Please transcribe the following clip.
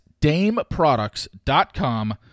dameproducts.com